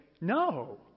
No